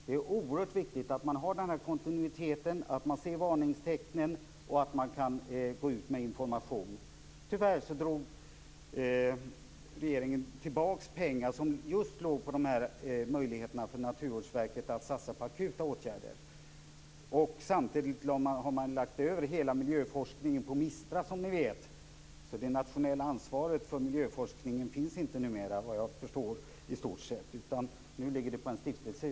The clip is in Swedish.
Det är oerhört viktigt med kontinuiteten, att man ser varningstecknen och att man kan gå ut med information. Tyvärr drog regeringen tillbaka pengar som fanns för Naturvårdsverket att satsa just på akuta åtgärder. Samtidigt har man lagt över hela miljöforskningen på Mistra, som ni vet. Det nationella ansvaret för miljöforskningen finns inte numera, såvitt jag förstår, utan nu ligger det hos en stiftelse.